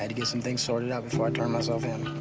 and get somethings sorted out before i turned myself in.